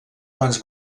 quants